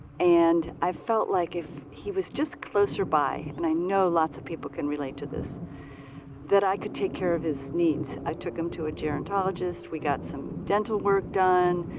and i felt, like if he were just closer by and i know lots of people can relate to this that i could take care of his needs. i took him to a gerontologist. we got some dental work done.